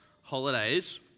holidays